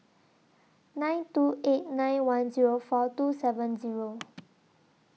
nine two eight nine one Zero four two seven Zero